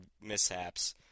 mishaps